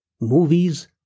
movies